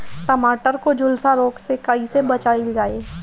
टमाटर को जुलसा रोग से कैसे बचाइल जाइ?